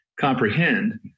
comprehend